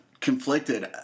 conflicted